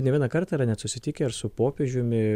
ne vieną kartą yra net susitikę ir su popiežiumi